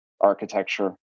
architecture